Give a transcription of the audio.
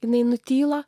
jinai nutyla